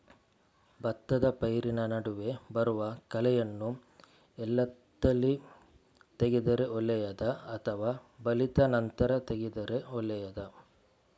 ಭತ್ತದ ಪೈರಿನ ನಡುವೆ ಬರುವ ಕಳೆಯನ್ನು ಎಳತ್ತಲ್ಲಿ ತೆಗೆದರೆ ಒಳ್ಳೆಯದಾ ಅಥವಾ ಬಲಿತ ನಂತರ ತೆಗೆದರೆ ಒಳ್ಳೆಯದಾ?